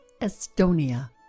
Estonia